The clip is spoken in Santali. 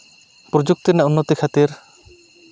ᱯᱨᱚᱡᱩᱠᱛᱤ ᱨᱮᱱᱟᱜ ᱩᱱᱱᱚᱛᱤ ᱠᱷᱟᱹᱛᱤᱨ